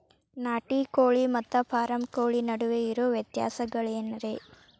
ನಾಟಿ ಕೋಳಿ ಮತ್ತ ಫಾರಂ ಕೋಳಿ ನಡುವೆ ಇರೋ ವ್ಯತ್ಯಾಸಗಳೇನರೇ?